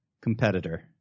competitor